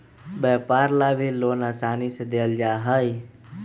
व्यापार ला भी लोन आसानी से देयल जा हई